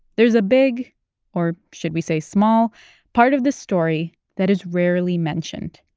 there's a big or should we say small part of this story that is rarely mentioned